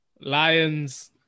Lions